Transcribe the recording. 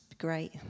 great